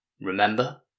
Remember